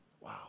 Wow